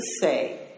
say